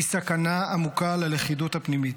היא סכנה עמוקה ללכידות הפנימית.